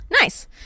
Nice